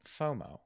FOMO